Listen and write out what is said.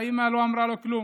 האימא לא אמרה לו כלום,